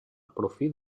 profit